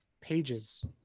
pages